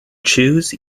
choose